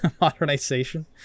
modernization